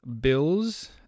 bills